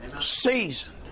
Seasoned